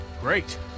Great